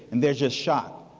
and they're just shocked.